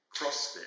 CrossFit